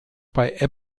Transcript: bei